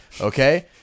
Okay